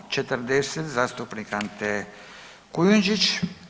40 zastupnik Ante Kujundžić.